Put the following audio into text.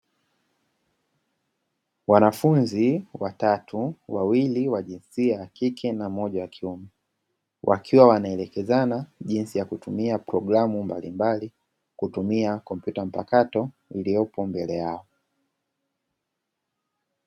Wanafunzi watatu, wawili wa jinsia ya kike na mmoja wa kiume, wakiwa wanaelekezana jinsi ya kutumia programu mbalimbali kutumia kompyuta mpakato iliyopo mbele yao.